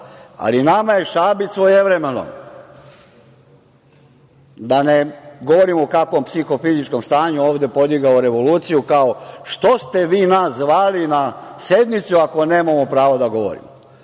ali nama je Šabić svojevremeno, da ne govorim u kakvom psihofizičkom stanju, podigao revoluciju, kao – što ste vi nas zvali na sednicu ako nemamo pravo da govorimo,